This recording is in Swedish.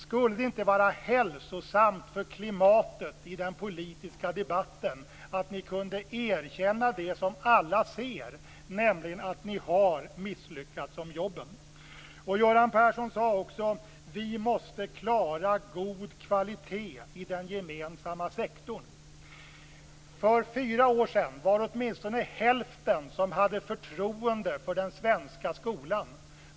Skulle det inte vara hälsosamt för klimatet i den politiska debatten om ni kunde erkänna det som alla ser, nämligen att ni har misslyckats i fråga om jobben? Göran Persson sade också att "vi måste klara god kvalitet i den gemensamma sektorn". För fyra år sedan var det åtminstone hälften som hade förtroende för den svenska skolan.